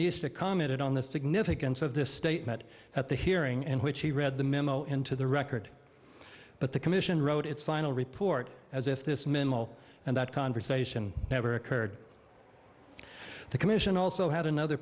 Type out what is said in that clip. news that commented on the significance of this statement at the hearing in which he read the memo into the record but the commission wrote its final report as if this mineral and that conversation never occurred the commission also had another